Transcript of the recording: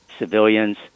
civilians